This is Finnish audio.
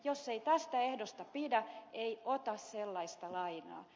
jos ei tästä ehdosta pidä ei ota sellaista lainaa